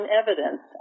evidence